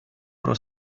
про